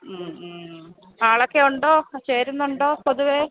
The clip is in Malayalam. മ്മ് മ്മ് ആളൊക്കെയുണ്ടോ ചേരുന്നുണ്ടോ പൊതുവേ